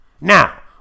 Now